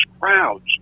crowds